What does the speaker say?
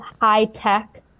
high-tech